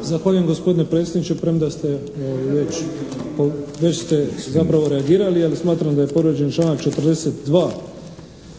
(HDZ)** Zahvaljujem gospodine predsjedniče. Premda ste već zapravo reagirali, jer smatram da je povrijeđen članak 42.